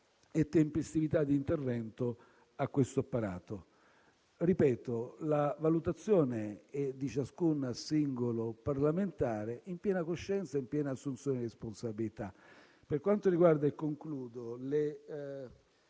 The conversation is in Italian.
e tempestività di intervento a questo apparato. Ripeto che la valutazione è di ciascun singolo parlamentare, in piena coscienza e in piena assunzione di responsabilità. Per quanto riguarda le risoluzioni